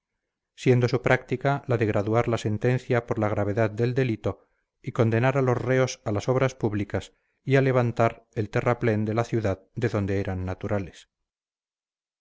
siendo su práctica la de graduar la sentencia por la gravedad del delito y condenar a los reos a las obras públicas y a levantar el terraplén de la ciudad de donde eran naturales